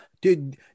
Dude